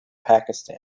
pakistan